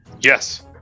Yes